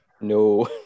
No